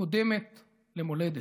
קודמת למולדת"